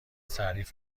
تعریف